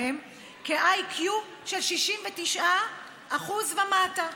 כאנשים עם מוגבלות שכלית כשה-IQ שלהם הוא של 69 ומטה.